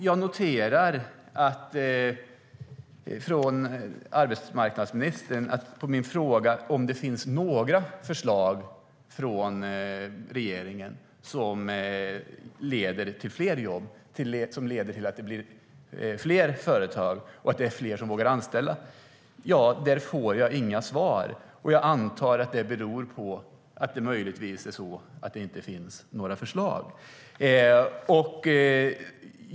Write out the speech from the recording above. Jag noterar att på min fråga om det finns några förslag från regeringen som leder till fler jobb, till fler företag och till att fler vågar anställa får jag inga svar från arbetsmarknadsministern. Jag antar att det möjligtvis beror på att det inte finns några förslag.